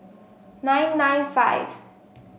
nine nine five